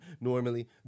normally